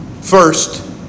First